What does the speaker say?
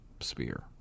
Spear